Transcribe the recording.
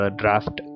draft